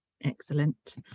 Excellent